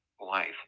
life